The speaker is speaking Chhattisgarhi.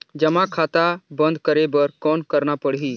जमा खाता बंद करे बर कौन करना पड़ही?